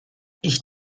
ich